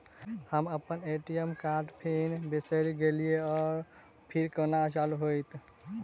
हम अप्पन ए.टी.एम कार्डक पिन बिसैर गेलियै ओ फेर कोना चालु होइत?